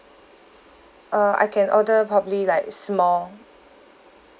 uh I can order probably like small